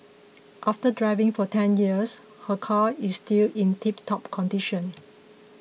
after driving for ten years her car is still in tiptop condition